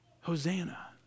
Hosanna